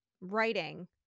writing